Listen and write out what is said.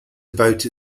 about